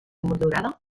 motllurada